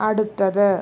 അടുത്തത്